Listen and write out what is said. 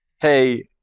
hey